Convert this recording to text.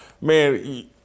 Man